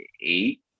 eight